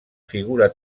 figura